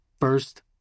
first